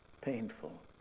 painful